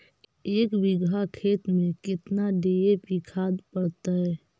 एक बिघा खेत में केतना डी.ए.पी खाद पड़तै?